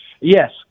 Yes